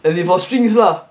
as in for strings lah